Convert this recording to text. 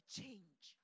change